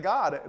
God